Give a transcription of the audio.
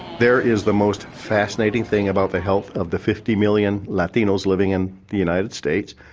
there is the most fascinating thing about the health of the fifty million latinos living in the united states.